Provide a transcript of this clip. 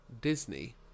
Disney